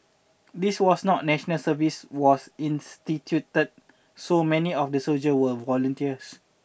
this was not national service was instituted so many of the soldier were volunteers